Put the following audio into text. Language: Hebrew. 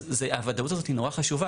אז זה הוודאות הזאת היא נורא חשובה.